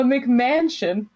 McMansion